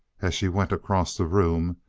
as she went across the room,